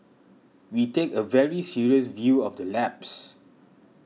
we take a very serious view of the lapse